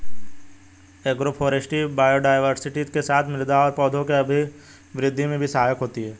agroforestry biodiversity के साथ साथ मृदा और पौधों के अभिवृद्धि में भी सहायक होती है